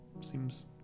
Seems